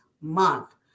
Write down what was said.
month